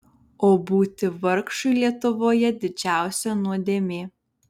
o būti vargšui lietuvoje didžiausia nuodėmė